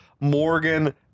Morgan